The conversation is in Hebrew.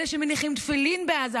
אלה שמניחים תפילין בעזה,